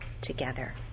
together